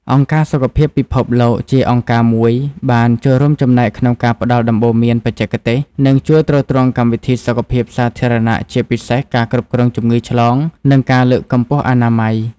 អង្គការសុខភាពពិភពលោក ជាអង្គការមួយបានចូលរួមចំណែកក្នុងការផ្តល់ដំបូន្មានបច្ចេកទេស និងជួយទ្រទ្រង់កម្មវិធីសុខភាពសាធារណៈ ជាពិសេសការគ្រប់គ្រងជំងឺឆ្លង និងការលើកកម្ពស់អនាម័យ។